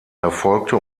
erfolgte